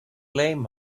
blame